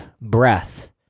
breath